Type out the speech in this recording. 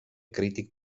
crític